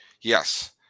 Yes